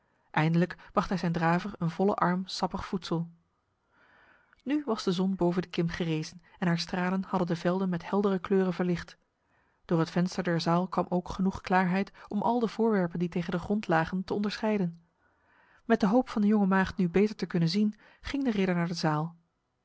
eindelijk bracht hij zijn draver een volle arm sappig voedsel nu was de zon boven de kim gerezen en haar stralen hadden de velden met heldere kleuren verlicht door het venster der zaal kwam ook genoeg klaarheid om al de voorwerpen die tegen de grond lagen te onderscheiden met de hoop van de jonge maagd nu beter te kunnen zien ging de ridder naar de zaal